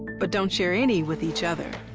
but don't share any with each other.